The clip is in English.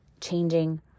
changing